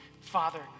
Father